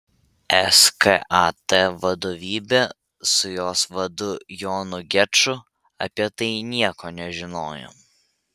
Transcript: skat vadovybė su jos vadu jonu geču apie tai nieko nežinojo